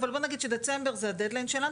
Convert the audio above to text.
אבל דצמבר זה הדד-ליין שלנו.